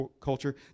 culture